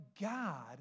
God